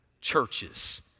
churches